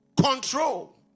control